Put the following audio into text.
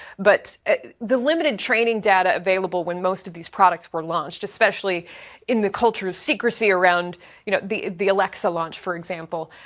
but the limited training data available when most of these products were launched, especially in the culture of secrecy around you know the the alexa launch for example.